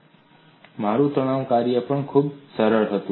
અને મારું તણાવ કાર્ય પણ ખૂબ જ સરળ હતું